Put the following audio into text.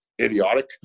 idiotic